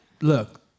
Look